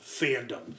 fandom